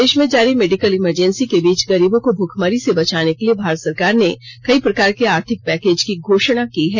देश में जारी मेडिकल इमरजेंसी के बीच गरीबों को भुखमरी से बचाने के लिए भारत सरकार ने कई प्रकार के आर्थिक पैकेज की घोषणा की है